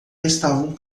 estavam